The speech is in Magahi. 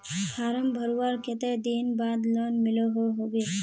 फारम भरवार कते दिन बाद लोन मिलोहो होबे?